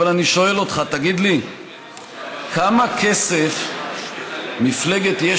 אבל אני שואל אותך: תגיד לי כמה כסף מפלגת יש